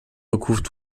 recouvrent